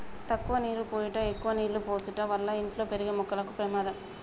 తక్కువ నీరు పోయుట ఎక్కువ నీళ్ళు పోసుట వల్ల ఇంట్లో పెరిగే మొక్కకు పెమాదకరం